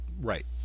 Right